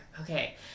okay